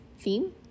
theme